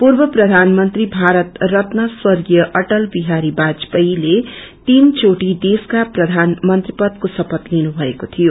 पूर्व प्रधानमंत्री मारत रल स्वग्रीय अटल बिहारी बाजपेयीले तीन चोटि देशका प्रधानमंत्री पदको शपथ लिनुभ्सएको शियो